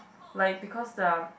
like because the